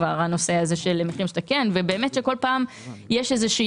הנושא הזה של מחיר למשתכן ובאמת כל פעם יש איזושהי